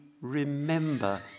remember